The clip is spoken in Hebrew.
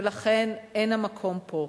ולכן אין המקום פה.